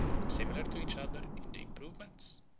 and similar to each other in the improvements,